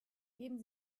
geben